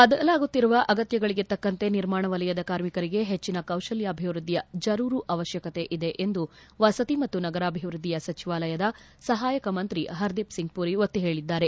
ಬದಲಾಗುತ್ತಿರುವ ಅಗತ್ಯಗಳಿಗೆ ತಕ್ಕಂತೆ ನಿರ್ಮಾಣ ವಲಯದ ಕಾರ್ಮಿಕರಿಗೆ ಹೆಚ್ಚಿನ ಕೌಶಲ್ಯಭಿವೃದ್ದಿಯ ಜರೂರು ಅವಶ್ಯಕತೆ ಇದೆ ಎಂದು ವಸತಿ ಮತ್ತು ನಗರಾಭಿವೃದ್ದಿ ಸಚಿವಾಲಯದ ಸಹಾಯಕ ಮಂತ್ರಿ ಹರ್ದೀಪ್ ಸಿಂಗ್ ಪುರಿ ಒತ್ತಿ ಹೇಳಿದ್ದಾರೆ